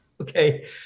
okay